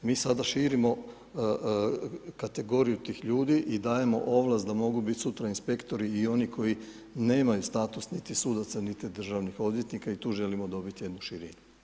Mi sada širimo kategoriju tih ljudi i dajemo ovlast da mogu biti sutra inspektori i oni koji nemaju status niti sudaca niti državnih odvjetnika i tu želimo dobiti jednu širinu.